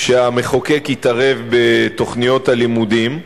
שהמחוקק יתערב בתוכניות הלימודים,